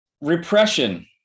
Repression